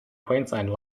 queensland